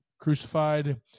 crucified